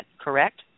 correct